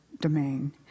domain